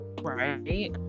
right